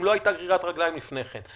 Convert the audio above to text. אם לא הייתה גרירת רגליים לפני כן.